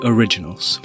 Originals